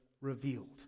revealed